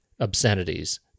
obscenities